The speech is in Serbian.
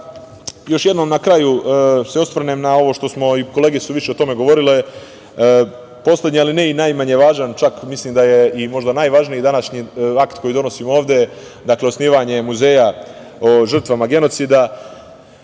još jednom na kraju osvrnem na ovo što smo, kolege su više o tome govorile, poslednji, ali ne i najmanje važan, čak mislim da je i možda najvažniji današnji akt koji donosimo ovde – osnivanje Muzeja žrtvama genocida. Činjenica